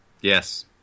Yes